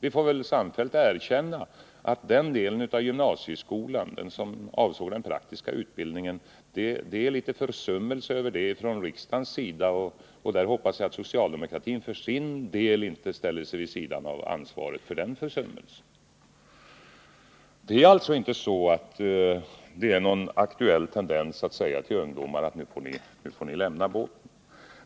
— Vi får väl samfällt erkänna att den del av gymnasieskolan som avsåg den praktiska utbildningen tidigare har försummats av riksdagen. Jag hoppas att socialdemokratin inte för sin del skall ställa sig vid sidan av ansvaret för den försummelsen. Det är alltså inte någon aktuell tendens att säga till ungdomarna: Nu får ni lämna båten!